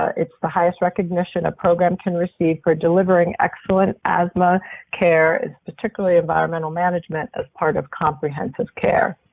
ah it's the highest recognition a program can receive for delivering excellent asthma care. it's particularly environmental management as part of comprehensive care.